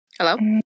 Hello